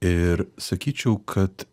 ir sakyčiau kad